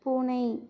பூனை